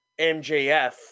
MJF